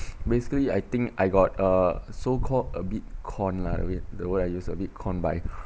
basically I think I got uh so called a bit con lah with the word I use a bit con by